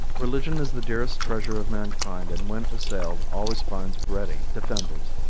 religion is the dearest treasure of mankind, and when assailed always finds ready defenders.